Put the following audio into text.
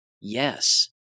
Yes